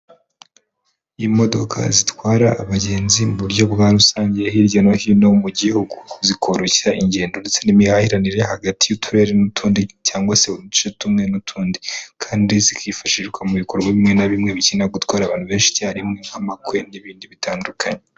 Imodoka zitwara abagenzi mu buryo bwa rusange hirya no hino mu gihugu zikoroshya ingendo ndetse n'imihahiranire hagati y'uturere n'utundi cyangwa se uduce tumwe n'utundi kandi zikifashishwa mu bikorwa bimwe na bimwe bikenera gutwara abantu benshi icyarimwe amako n'ibindi bitandukanye.